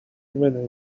when